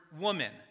woman